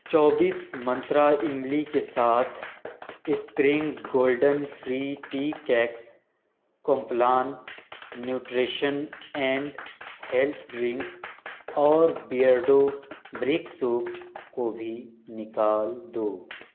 چوبیس منترا املی کے ساتھ spring golden free tea cakes Complan nutrition and health drink اور بیئرڈو برک سوپ کو بھی نکال دو